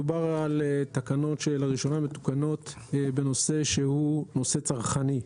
מדובר על תקנות של --- מתוקנות בנושא שהוא נושא צרכני.